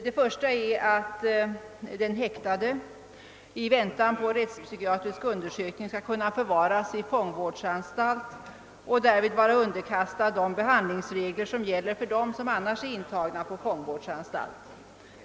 Den ena är att den häktade i väntan på rättspsykiatrisk undersökning skall kunna förvaras i fångvårdsanstalt och därvid vara underkastad de behandlingsregler som gäller för dem som annars är intagna på sådan anstalt.